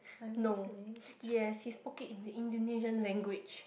no yes he spoke it in the Indonesian language